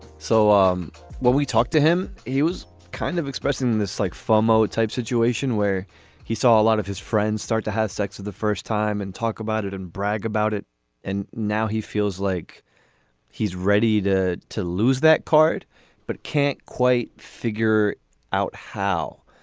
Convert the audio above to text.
so um when we talked to him he was kind of expressing this like family type situation where he saw a lot of his friends start to have sex for the first time and talk about it and brag about it and now he feels like he's ready to to lose that card but can't quite figure out how.